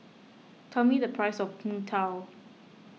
tell me the price of Png Tao